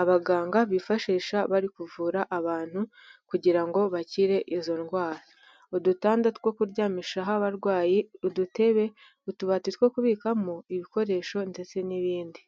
abaganga bifashisha bari kuvura abantu kugira ngo bakire izo ndwara. Udutanda two kuryamishaho abarwayi, udutebe, utubati two kubikamo ibikoresho ndetse n'ibindi.